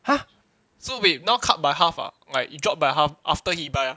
!huh! so wait now cut by half ah like it drop by half after he buy ah